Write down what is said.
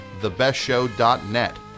thebestshow.net